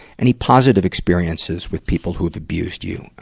any positive experiences with people who have abused you?